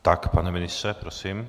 Tak pane ministře, prosím.